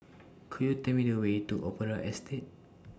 Could YOU Tell Me The Way to Opera Estate